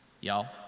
y'all